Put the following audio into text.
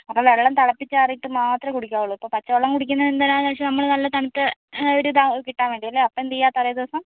അപ്പം വെള്ളം തിളപ്പിച്ചാറിയിട്ട് മാത്രമേ കുടിക്കാവുള്ളു ഇപ്പം പച്ച വെള്ളം കുടിക്കുന്നത് എന്തിനാന്ന് വെച്ചാൽ നമ്മള് നല്ല തണുത്ത ഒരിത് കിട്ടാൻ വേണ്ടി അല്ലേ അപ്പം എന്ത് ചെയ്യുക തലേ ദിവസം